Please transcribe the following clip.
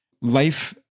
life